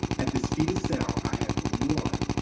at the speed of sound, i have one,